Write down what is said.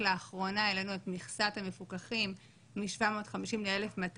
לאחרונה העלינו את מכסת המפוקחים מ-750 ל-1,250.